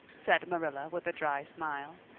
said marilla with a dry smile.